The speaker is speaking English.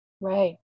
Right